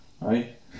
right